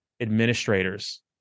administrators